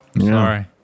Sorry